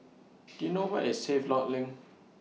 Do YOU know Where IS Havelock LINK